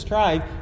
Strive